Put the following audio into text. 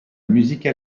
musique